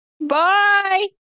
Bye